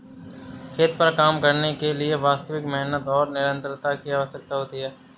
खेत पर काम करने के लिए वास्तविक मेहनत और निरंतरता की आवश्यकता होती है